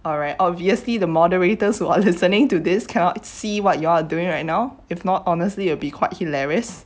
alright obviously the moderators who are listening to this cannot see what you're doing right now if not honestly you will be quite hilarious